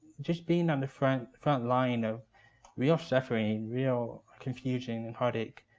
just being on the front front line of real suffering, real confusion, and heartache.